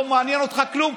לא מעניין אותך כלום,